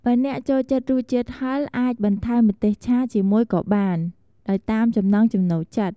បើអ្នកចូលចិត្តរសជាតិហឹរ អាចបន្ថែមម្ទេសឆាជាមួយក៏បាន ដោយតាមចំណង់ចំណូលចិត្ត។